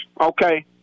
Okay